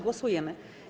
Głosujemy.